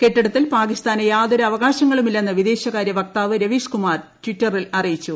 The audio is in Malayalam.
കെട്ടിടത്തിൽ പാകിസ്ഥാന് യാതൊരു അവകാശങ്ങളുമില്ലെന്ന് വിദേശകാരൃ വക്താവ് രവീഷ്കുമാർ ട്വീറ്ററിൽ അറിയിച്ചു